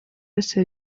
wese